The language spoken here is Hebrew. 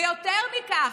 ויותר מכך,